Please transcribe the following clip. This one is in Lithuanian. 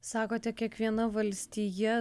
sakote kiekviena valstija